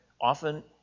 often